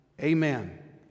Amen